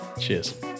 Cheers